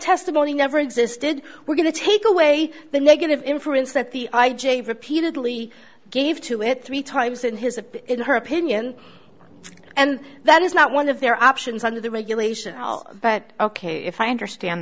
testimony never existed we're going to take away the negative inference that the i j a repeatedly gave to it three times in his in her opinion and that is not one of their options under the regulation all but ok if i understand